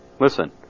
Listen